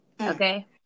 Okay